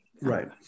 Right